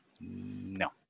No